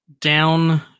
down